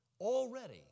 already